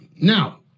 now